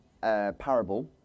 parable